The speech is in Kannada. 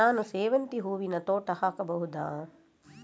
ನಾನು ಸೇವಂತಿ ಹೂವಿನ ತೋಟ ಹಾಕಬಹುದಾ?